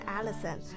Alison